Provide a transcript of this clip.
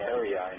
area